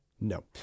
No